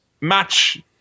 match